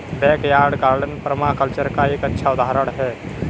backyard garden permaculture का एक अच्छा उदाहरण हैं